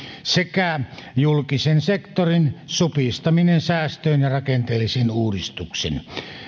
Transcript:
sekä julkisen sektorin supistaminen säästöin ja rakenteellisin uudistuksin